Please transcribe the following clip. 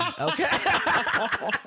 okay